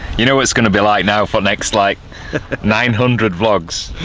you know what it's going to be like now, for next like nine hundred vlogs,